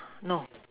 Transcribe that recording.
no